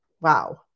Wow